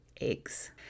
eggs